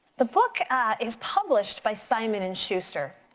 the book is published by simon and schuster.